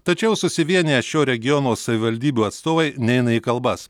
tačiau susivieniję šio regiono savivaldybių atstovai neina į kalbas